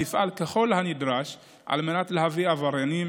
תפעל ככל הנדרש על מנת להביא עבריינים